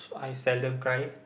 I seldom cry